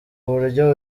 buryo